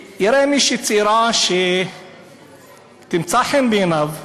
יראה מישהי צעירה שתמצא חן בעיניו,